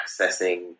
accessing